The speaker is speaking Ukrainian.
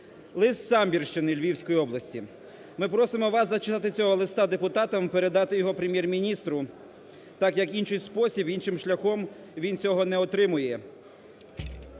Лист з Самбірщини Львівської області: "Ми просимо вас зачитати цього листа депутатам, передати його Прем'єр-міністру, так як в інший спосіб, іншим шляхом він цього не отримає.